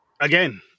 again